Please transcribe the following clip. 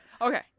Okay